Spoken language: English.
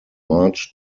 march